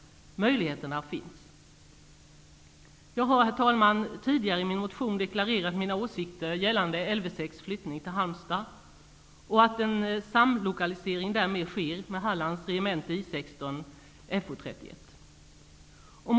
Möjligheterna finns. Jag har, herr talman, tidigare i min motion deklarerat mina åsikter gällande flyttningen av Lv 6 till Halmstad och den samlokalisering som därmed sker med Hallands regemente I 16/Fo 31.